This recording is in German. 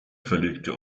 verlegte